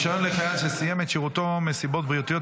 (רישיון לחייל שסיים את שירותו מסיבות בריאותיות),